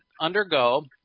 undergo